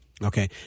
Okay